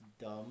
dumb